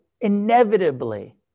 inevitably